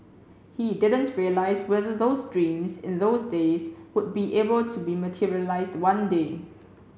he didn't realise whether those dreams in those days would be able to be materialised one day